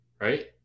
right